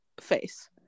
face